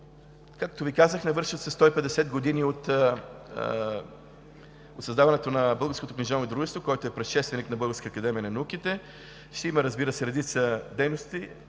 Както Ви казах, навършват се 150 години от създаването на Българското книжовно дружество, което е предшественик на Българската академия на науките. Ще има, разбира се, редица дейности,